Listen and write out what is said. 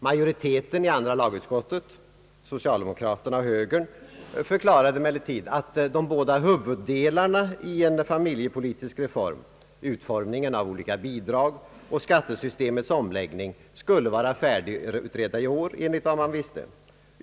Majoriteten i andra lagutskottet — socialdemokraterna och högern — förklarade emellertid att de båda huvuddelarna i en familjepolitisk reform, nämligen utformningen av olika bidrag och skattesystemets omläggning, skulle vara färdigutredda i år, enligt vad man visste.